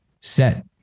set